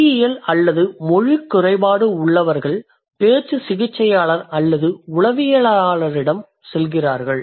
மொழியியல் அல்லது மொழிக் குறைபாடு உள்ளவர்கள் பேச்சு சிகிச்சையாளர் அல்லது உளவியலாளரிடம் செல்கிறார்கள்